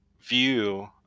view